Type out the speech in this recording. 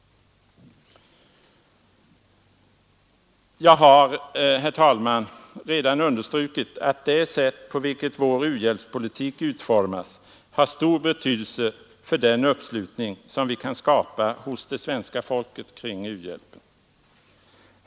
Jag har, herr talman, redan understrukit att det sätt på vilket vår u-hjälpspolitik utformas har stor betydelse för den uppslutning vi kan skapa hos det svenska folket kring u-hjälpen.